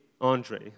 Andre